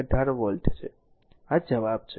18 volt આ જવાબ છે